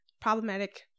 problematic